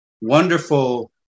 wonderful